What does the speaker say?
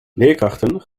leerkrachten